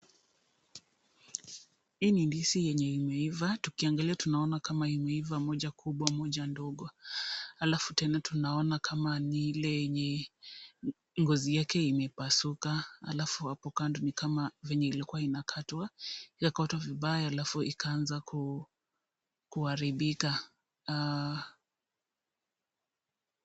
Hii ni ndizi yenye imeiva tukiangalia tunaona kama imeiva moja kubwa moja ndogo. Alafu tena tunaona kama ni ile yenye ngozi yake imepasuka alafu hapo kando ni kama venye ilikuwa inakatwa ,imekatwa vibaya alafu ikaanza kuharibika.